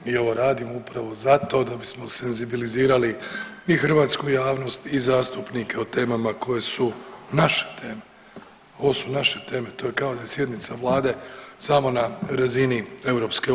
Mi ovo radimo upravo zato da bismo senzibilizirali i hrvatsku javnost i zastupnike o temama koje su naše teme, ovo su naše teme, to je kao da je sjednica vlade samo na razini EU.